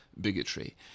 bigotry